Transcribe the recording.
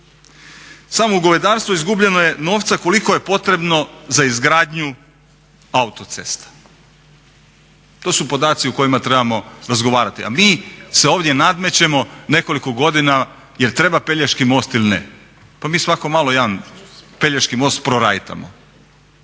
Samo u govedarstvu izgubljeno je novca koliko je potrebno za izgradnju autocesta. To su podaci o kojima trebamo razgovarati, a mi se ovdje nadmećemo nekoliko godina jel' treba Pelješki most ili ne. Pa mi svako malo jedan Pelješki most prorajtamo.